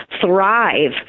thrive